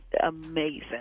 amazing